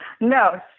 No